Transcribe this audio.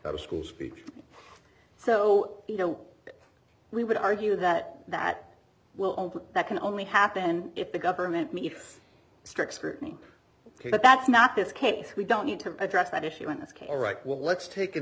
but a school speech so you know we would argue that that will that can only happen if the government mean if strict scrutiny but that's not this case we don't need to address that issue in this case right well let's take an